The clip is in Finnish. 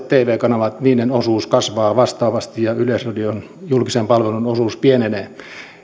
tv kanavien osuus kasvaa vastaavasti ja yleisradion julkisen palvelun osuus pienenee